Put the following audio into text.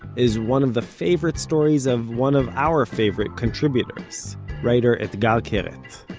is one of the favorite stories of one of our favorite contributors writer etgar keret